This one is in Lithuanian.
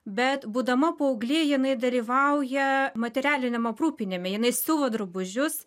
bet būdama paauglė jinai dalyvauja materialiniam aprūpinime jinai siuvo drabužius